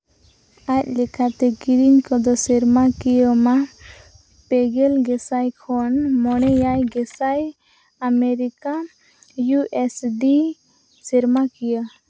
ᱟᱡ ᱞᱮᱠᱟᱛᱮ ᱠᱤᱨᱤᱧ ᱠᱚᱫᱚ ᱥᱮᱨᱢᱟ ᱠᱤᱭᱟᱹ ᱢᱟ ᱯᱮᱜᱮᱞ ᱜᱮᱥᱟᱭ ᱠᱷᱚᱱ ᱢᱚᱬᱮ ᱮᱭᱟᱭ ᱜᱮᱥᱟᱭ ᱟᱢᱮᱨᱤᱠᱟ ᱤᱭᱩ ᱮᱥ ᱰᱤ ᱥᱮᱨᱢᱟ ᱠᱤᱭᱟᱹ